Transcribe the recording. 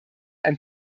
ein